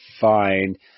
find